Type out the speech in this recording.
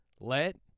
Let